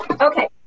Okay